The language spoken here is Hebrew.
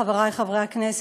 חברי חברי הכנסת,